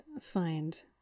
find